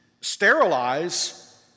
sterilize